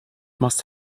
must